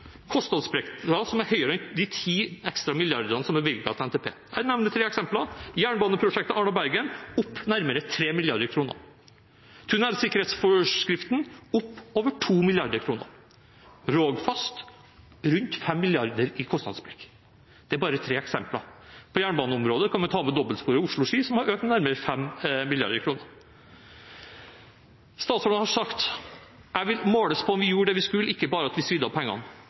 som er høyere enn de ekstra 10 mrd. kr som er bevilget utover NTP. Jeg nevner tre eksempler: jernbaneprosjektet Arna–Bergen, som går opp nærmere 3 mrd. kr., tunnelsikkerhetsforskriften, som går opp over 2 mrd. kr, og Rogfast, med rundt 5 mrd. kr i kostnadssprekk. Dette er bare tre eksempler. På jernbaneområdet kan vi ta med dobbeltsporet Oslo–Ski, som har økt med nærmere 5 mrd. kr. Statsråden har sagt: «Jeg vil måles på om vi gjorde det vi skulle, ikke bare at